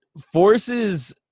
forces